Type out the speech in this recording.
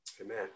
Amen